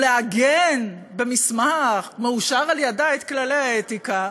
או לעגן במסמך מאושר על-ידיה את כללי האתיקה,